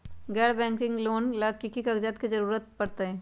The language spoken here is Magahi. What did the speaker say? गैर बैंकिंग से लोन ला की की कागज के जरूरत पड़तै?